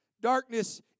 Darkness